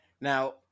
now